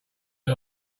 you